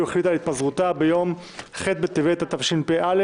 החליטה על התפזרותה ביום ח' בטבת התשפ"א